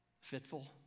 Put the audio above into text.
Fitful